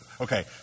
Okay